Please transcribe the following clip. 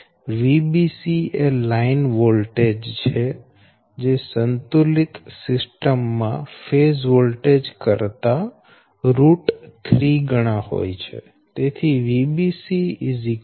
Vbc એ line voltage છે જે સંતુલિત સિસ્ટમ માં ફેઝ વોલ્ટેજ કરતા3 ગણા હોય છે